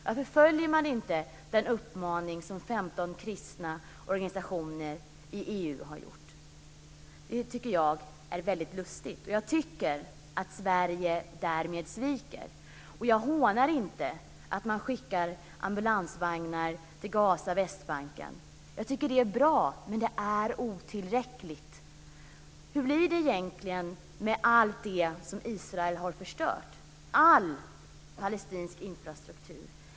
Varför följer man inte den uppmaning som kommer från 15 kristna organisationer i EU? Jag tycker att det är väldigt underligt. Jag tycker att Sverige därmed sviker. Jag hånar inte att man skickar ambulansvagnar till Gaza och Västbanken. Jag tycker att det är bra, men det är otillräckligt. Hur blir det egentligen med allt det som Israel har förstört, all palestinsk infrastruktur?